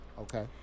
Okay